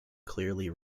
clearly